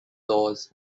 laws